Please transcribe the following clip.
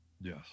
Yes